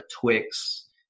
Twix